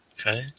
okay